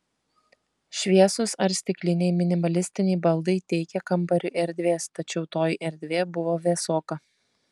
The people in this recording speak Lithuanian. šviesūs ar stikliniai minimalistiniai baldai teikė kambariui erdvės tačiau toji erdvė buvo vėsoka